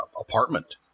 apartment